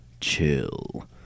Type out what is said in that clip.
chill